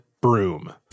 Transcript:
broom